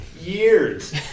years